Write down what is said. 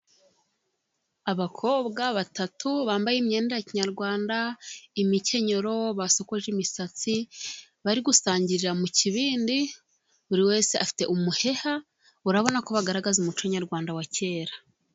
Abakobwa batatu, bambaye imyenda ya kinkinyarwanda, imikenyero, basokoje imisatsi, bari gusangirira mu kibindi, buri wese afite umuheha, urabona ko bagaragaza umuco nyarwanda wa kera.